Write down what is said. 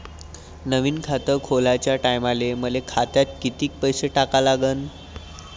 नवीन खात खोलाच्या टायमाले मले खात्यात कितीक पैसे टाका लागन?